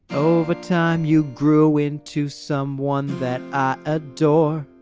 over time, you grew in to some one that a door